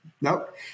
Nope